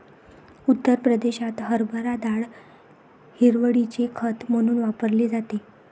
उत्तर प्रदेशात हरभरा डाळ हिरवळीचे खत म्हणून वापरली जाते